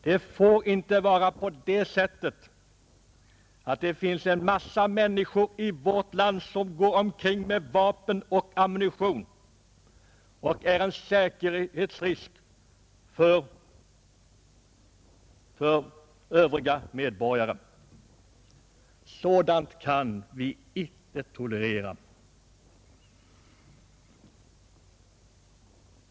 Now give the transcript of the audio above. Det får inte vara på det sättet att det finns en massa människor i vårt land som går omkring med vapen och ammunition — och därmed är en säkerhetsrisk för övriga medborgare. Sådant kan vi inte tolerera.